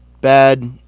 Bad